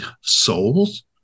souls